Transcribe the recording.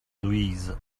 louise